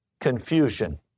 confusion